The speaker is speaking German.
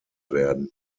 werden